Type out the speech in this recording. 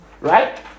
Right